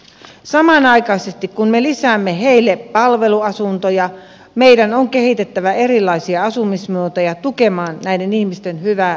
samanaikaisesti kun me lisäämme heille palveluasuntoja meidän on kehitettävä erilaisia asumismuotoja tukemaan näiden ihmisten hyvää elämänlaatua